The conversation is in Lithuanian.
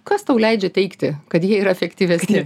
kas tau leidžia teigti kad jie yra efektyvesni